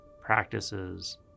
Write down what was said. practices